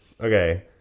Okay